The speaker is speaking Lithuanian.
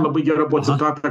labai gera buvo citata